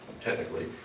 technically